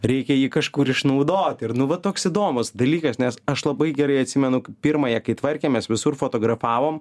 reikia jį kažkur išnaudot ir nu va toks įdomus dalykas nes aš labai gerai atsimenu pirmąją kai tvarkėmės visur fotografavom